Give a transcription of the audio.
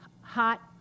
hot